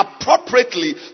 appropriately